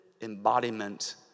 embodiment